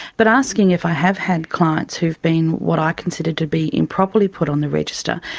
but asking if i have had clients who've been what i consider to be improperly put on the register,